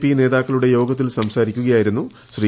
P നേതാക്കളുടെ യോഗത്തിൽ സംസാരിക്കുകയായിരുന്നു ശ്രീ